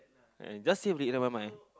eh just say it never mind